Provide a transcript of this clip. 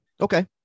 Okay